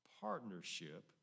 partnership